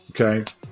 okay